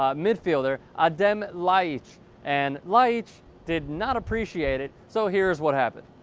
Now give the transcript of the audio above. um midfielder i'd then light and light did not appreciate it so here's what happened